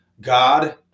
God